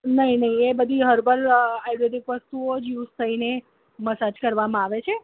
નહીં નહીં એ બધી હર્બલ આયુર્વેદિક વસ્તુઓ જ યુઝ થઈને મસાજ કરવામાં આવે છે